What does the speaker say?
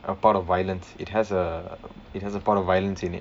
a part of violence it has uh it has a part of violence in it